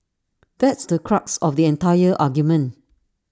that's the crux of the entire argument